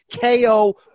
KO